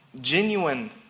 genuine